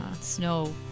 snow